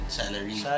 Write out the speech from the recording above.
salary